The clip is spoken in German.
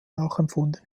nachempfunden